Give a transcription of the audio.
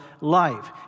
life